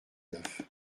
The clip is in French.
neuf